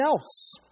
else